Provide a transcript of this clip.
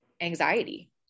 anxiety